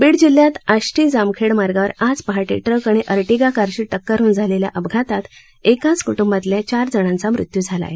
बीड जिल्ह्यात आष्टी जामखेड मार्गावर आज पहाटे ट्रक आणि अर्टिगा कारची टक्कर होऊन झालेल्या अपघातात एकाच क्टुंबातल्या चार जणांचा मृत्यू झाला आहे